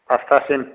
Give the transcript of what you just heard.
फासथासिम